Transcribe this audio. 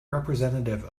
representative